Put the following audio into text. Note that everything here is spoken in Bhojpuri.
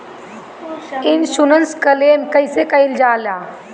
इन्शुरन्स क्लेम कइसे कइल जा ले?